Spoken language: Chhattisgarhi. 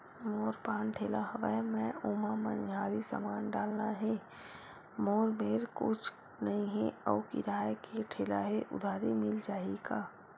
मोर पान ठेला हवय मैं ओमा मनिहारी समान डालना हे मोर मेर कुछ नई हे आऊ किराए के ठेला हे उधारी मिल जहीं का?